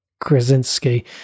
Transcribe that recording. Krasinski